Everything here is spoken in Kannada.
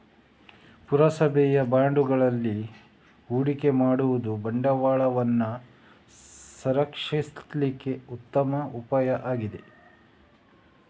ಪುರಸಭೆಯ ಬಾಂಡುಗಳಲ್ಲಿ ಹೂಡಿಕೆ ಮಾಡುದು ಬಂಡವಾಳವನ್ನ ಸಂರಕ್ಷಿಸ್ಲಿಕ್ಕೆ ಉತ್ತಮ ಉಪಾಯ ಆಗಿದೆ